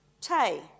Tay